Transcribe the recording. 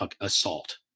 assault